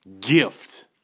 gift